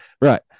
Right